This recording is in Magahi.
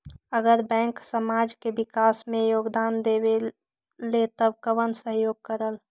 अगर बैंक समाज के विकास मे योगदान देबले त कबन सहयोग करल?